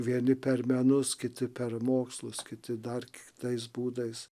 vieni per menus kiti per mokslus kiti dar kitais būdais